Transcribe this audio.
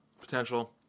potential